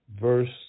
verse